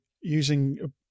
using